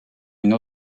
une